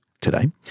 today